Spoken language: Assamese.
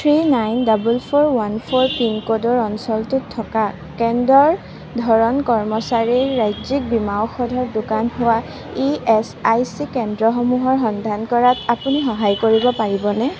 three nine double four one four পিনক'ডৰ অঞ্চলটোত থকা কেন্দ্ৰৰ ধৰণ কৰ্মচাৰীৰ ৰাজ্যিক বীমা ঔষধৰ দোকান হোৱা ই এচ আই চি কেন্দ্ৰসমূহৰ সন্ধান কৰাত আপুনি সহায় কৰিব পাৰিবনে